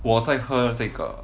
我在喝这个